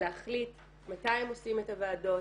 להחליט מתי הם עושים את הוועדות,